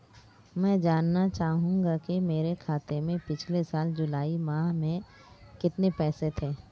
मैं जानना चाहूंगा कि मेरे खाते में पिछले साल जुलाई माह में कितने पैसे थे?